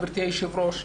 גברתי היושבת-ראש,